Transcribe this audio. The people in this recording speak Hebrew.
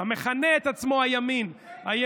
המכנה את עצמו הימין, פייק ימין.